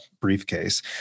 briefcase